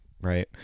Right